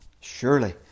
surely